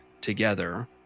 together